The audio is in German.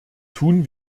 tun